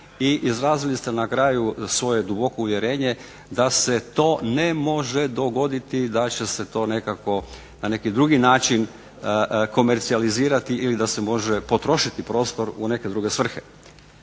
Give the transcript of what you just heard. I izrazili ste na kraju svoje duboko uvjerenje da se to ne može dogoditi, da će se to nekako na neki drugi način komercijalizirati ili da se može potrošiti prostor u neke druge svrhe.